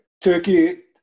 Turkey